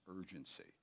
urgency